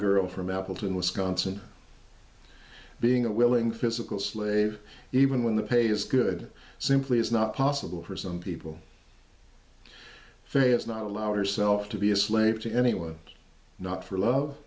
girl from appleton wisconsin being a willing physical slave even when the pay is good simply is not possible for some people for a it's not allow herself to be a slave to anyone not for love